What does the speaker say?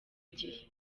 igihe